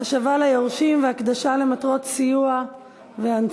הצעת החוק לתיקון פקודת מס הכנסה (מס'